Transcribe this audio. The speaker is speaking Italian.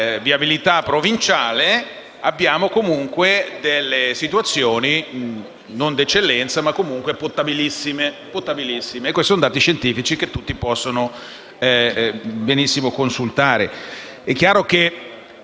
tali contesti abbiamo comunque delle situazioni se non di eccellenza, comunque potabilissime: questi sono dati scientifici, che tutti possono consultare. È chiaro che